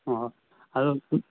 ꯑꯣ ꯑꯗꯨ